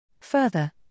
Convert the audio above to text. Further